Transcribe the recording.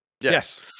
Yes